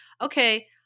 okay